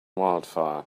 wildfire